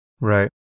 Right